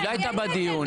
היא לא הייתה בדיון.